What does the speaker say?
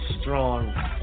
strong